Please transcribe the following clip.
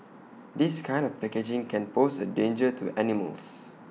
this kind of packaging can pose A danger to animals